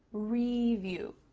review.